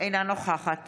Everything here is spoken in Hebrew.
אינה נוכחת